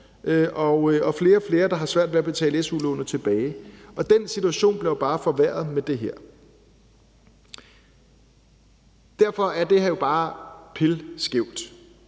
og flere og flere, der har svært ved at betale su-lånet tilbage. Og den situation bliver jo bare forværret med det her. Derfor er det her jo bare pilskævt,